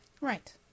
Right